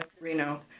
Reno